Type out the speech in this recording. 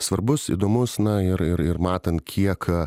svarbus įdomus na ir ir matant kiek